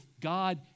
God